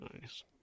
Nice